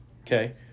okay